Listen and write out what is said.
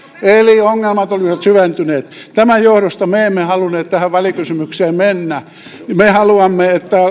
eli ongelmat olivat syventyneet tämän johdosta me emme halunneet tähän välikysymykseen mennä me haluamme että